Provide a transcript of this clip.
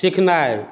सीखनाइ